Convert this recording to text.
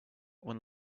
when